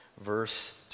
verse